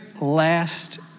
last